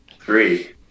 Three